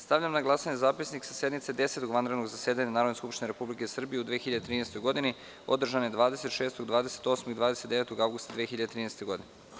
Stavljam na glasanje Zapisnik sednice Desetog vanrednog zasedanja Narodne skupštine Republike Srbije u 2013. godini, održane 26, 28. i 29. avgusta 2013. godine.